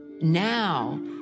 Now